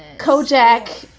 kojak.